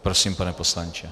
Prosím, pane poslanče.